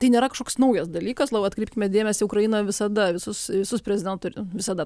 tai nėra kažkoks naujas dalykas labiau atkreipkime dėmesį ukrainą visada visus į visus prezidento ir visada